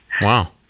Wow